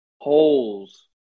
holes